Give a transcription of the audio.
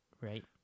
right